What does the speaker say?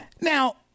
Now